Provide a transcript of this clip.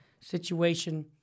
situation